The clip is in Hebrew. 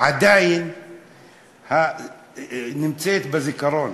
עדיין נמצאת בזיכרון.